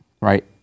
right